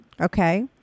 Okay